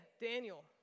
Daniel